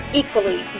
equally